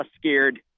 scared